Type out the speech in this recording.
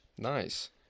Nice